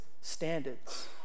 standards